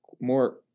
more